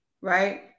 right